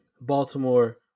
Baltimore